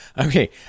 okay